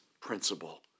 principle